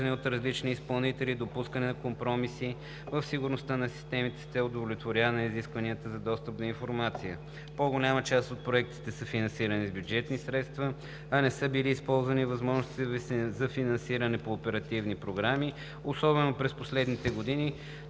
сигурността на системите с цел удовлетворяване изисквания за достъп до информация. По-голямата част от проектите са финансирани с бюджетни средства, а не са били използвани възможностите за финансиране по оперативни програми, особено през последните години,